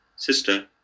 Sister